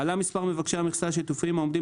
עלה מספר מבקשי מכסה שיתופיים העומדים